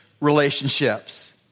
relationships